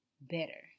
better